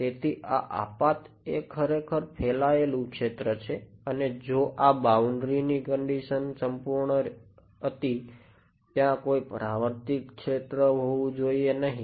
તેથી આ આપાત એ ખરેખર ફેલાયેલું ક્ષેત્ર છે અને જો આ બાઉન્ડ્રી ની કંડીશન સંપૂર્ણ હતી ત્યાં કોઈ પરાવર્તિત ક્ષેત્ર હોવું જોઈએ નહીં